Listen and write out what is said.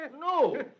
No